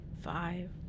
Five